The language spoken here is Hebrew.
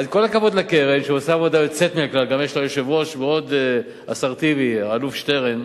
יש פה 10 מיליון.